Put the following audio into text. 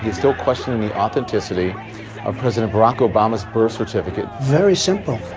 still questioning the authenticity of president barack obama's birth certificate very simple,